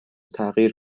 تغییر